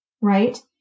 right